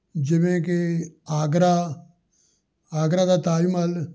ਜਿਵੇਂ ਕਿ ਆਗਰਾ ਆਗਰਾ ਦਾ ਤਾਜ ਮਹਿਲ